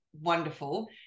wonderful